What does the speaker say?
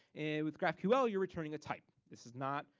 and with graphql, you're returning a type. this is not,